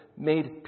made